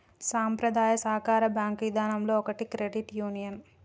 సంప్రదాయ సాకార బేంకు ఇదానంలో ఒకటి క్రెడిట్ యూనియన్